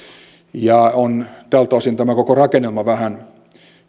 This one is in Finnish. tältä osin tämä koko rakennelma on vähän